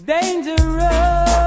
Dangerous